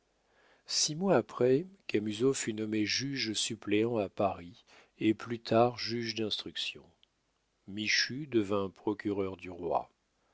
six mois après camusot fut nommé juge-suppléant à paris et plus tard juge d'instruction michu devint procureur du roi